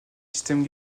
systèmes